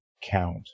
count